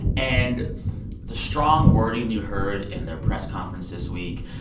and the strong wording you heard in their press conference this week,